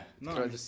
No